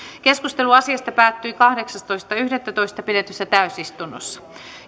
keskustelu asiasta päättyi kahdeksastoista yhdettätoista kaksituhattaviisitoista pidetyssä täysistunnossa